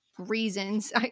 reasons